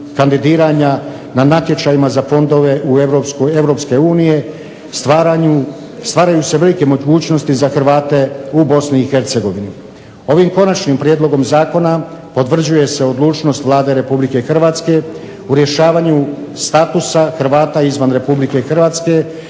kandidiranja na natječajima za fondove Europske unije, stvaraju se velike mogućnosti za Hrvate u Bosni i Hercegovini. Ovim konačnim prijedlogom zakona potvrđuje se odlučnost Vlade Republike Hrvatske u rješavanju statusa Hrvata izvan Republike Hrvatske,